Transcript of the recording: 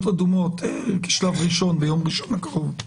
האדומות כשלב ראשון ביום ראשון הקרוב.